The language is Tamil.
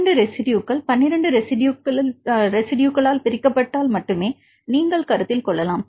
2 ரெஸிட்யுகள் 12 ரெஸிட்யுகளில் பிரிக்கப்பட்டால் மட்டுமே நீங்கள் கருத்தில் கொள்ளலாம்